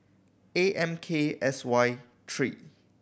A M K S Y three